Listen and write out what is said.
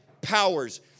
powers